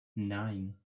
nine